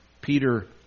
Peter